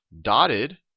dotted